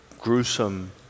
gruesome